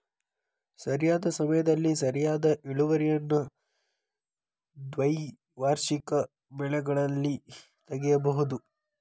ಸರಿಯಾದ ಸಮಯದಲ್ಲಿ ಸರಿಯಾದ ಇಳುವರಿಯನ್ನು ದ್ವೈವಾರ್ಷಿಕ ಬೆಳೆಗಳಲ್ಲಿ ತಗಿಬಹುದು